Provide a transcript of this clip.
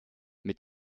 mit